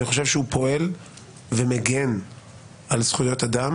אני חושב שהוא פועל ומגן על זכויות אדם